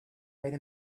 made